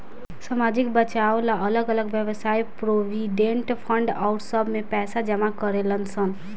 सामाजिक बचाव ला अलग अलग वयव्साय प्रोविडेंट फंड आउर सब में पैसा जमा करेलन सन